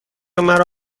مرا